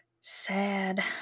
Sad